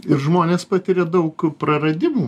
ir žmonės patiria daug praradimų